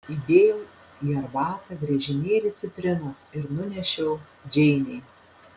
įdėjau į arbatą griežinėlį citrinos ir nunešiau džeinei